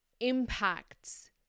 impacts